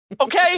Okay